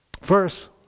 First